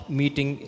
meeting